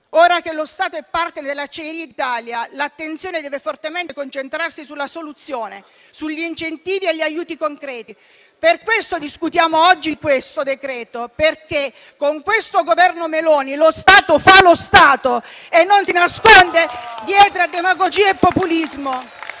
Ora che lo Stato è parte di Acciaierie d'Italia l'attenzione deve fortemente concentrarsi sulla soluzione, sugli incentivi e gli aiuti concreti. Per questo discutiamo oggi di questo decreto-legge perché, con il Governo Meloni, lo Stato fa lo Stato e non si nasconde dietro a demagogia e populismo.